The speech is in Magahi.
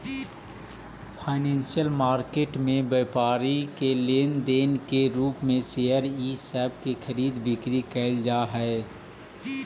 फाइनेंशियल मार्केट में व्यापारी के लेन देन के रूप में शेयर इ सब के खरीद बिक्री कैइल जा हई